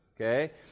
Okay